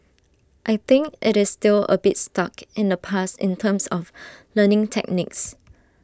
I think IT is still A bit stuck in the past in terms of learning techniques